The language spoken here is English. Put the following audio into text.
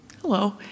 hello